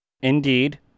indeed